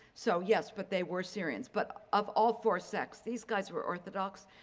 so, yes, but they were syrians, but of all four sects. these guys were orthodox,